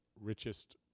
richest